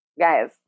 guys